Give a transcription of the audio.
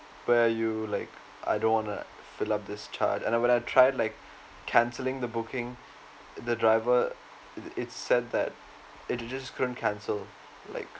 where are you like I don't wanna fill up this chat and I would have tried like canceling the booking the driver it said that it just couldn't cancel like